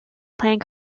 playing